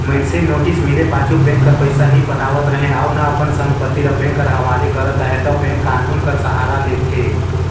मइनसे नोटिस मिले पाछू बेंक कर पइसा नी पटावत रहें अउ ना अपन संपत्ति ल बेंक कर हवाले करत अहे ता बेंक कान्हून कर सहारा लेथे